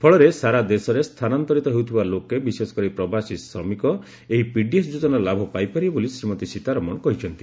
ଫଳରେ ସାରା ଦେଶରେ ସ୍ଥାନାନ୍ତରିତ ହେଉଥିବା ଲୋକେ ବିଶେଷକରି ପ୍ରବାସୀ ଶ୍ରମିକ ଏହି ପିଡିଏସ୍ ଯୋକ୍ତନାର ଲାଭ ପାଇପାରିବେ ବୋଲି ଶ୍ରୀମତୀ ସୀତାରମଣ କହିଚ୍ଚନ୍ତି